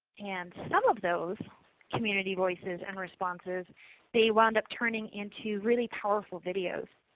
and some of those community voices and responses they wound up turning into really powerful videos.